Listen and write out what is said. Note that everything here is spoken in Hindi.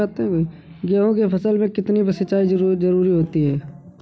गेहूँ की फसल में कितनी सिंचाई की जरूरत होती है?